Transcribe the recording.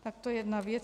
Tak to je jedna věc.